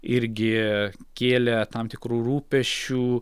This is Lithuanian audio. irgi kėlė tam tikrų rūpesčių